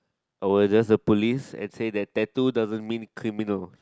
I will address the police and say that tattoo doesn't mean criminal